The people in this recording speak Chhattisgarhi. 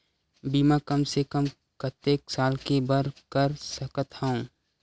बीमा कम से कम कतेक साल के बर कर सकत हव?